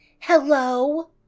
Hello